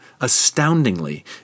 astoundingly